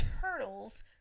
turtles